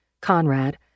Conrad